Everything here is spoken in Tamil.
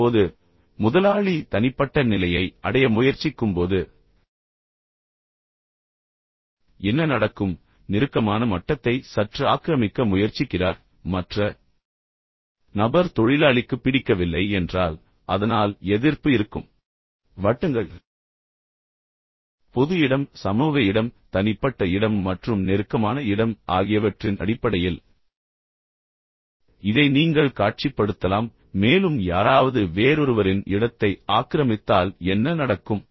இப்போது முதலாளி தனிப்பட்ட நிலையை அடைய முயற்சிக்கும்போது என்ன நடக்கும் பின்னர் நெருக்கமான மட்டத்தை சற்று ஆக்கிரமிக்க முயற்சிக்கிறார் மற்ற நபர் தொழிலாளிக்கு பிடிக்கவில்லை என்றால் அதனால் எதிர்ப்பு இருக்கும் எனவே வட்டங்கள் பொது இடம் சமூக இடம் தனிப்பட்ட இடம் மற்றும் பின்னர் நெருக்கமான இடம் ஆகியவற்றின் அடிப்படையில் இதை நீங்கள் காட்சிப்படுத்தலாம் மேலும் யாராவது வேறொருவரின் இடத்தை ஆக்கிரமித்தால் என்ன நடக்கும்